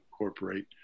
incorporate